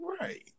right